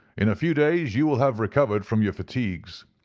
in a few days you will have recovered from your fatigues.